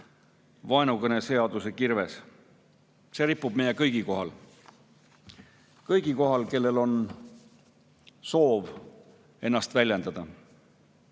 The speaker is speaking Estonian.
vaenukõneseaduse kirves. See ripub meie kõigi kohal. Kõigi kohal, kellel on soov ennast väljendada. Ma